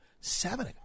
Seven